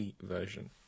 version